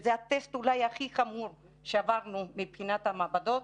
שזה הטסט אולי הכי חמור שעברנו מבחינת המעבדות,